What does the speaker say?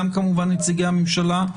גם כמובן נציגי הממשלה,